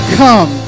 come